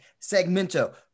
segmento